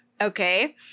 okay